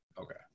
okay